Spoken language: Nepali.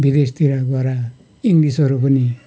विदेशतिर गएर इङ्लिसहरू पनि